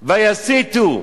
ויסיתו.